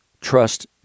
Trust